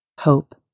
hope